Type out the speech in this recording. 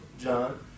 John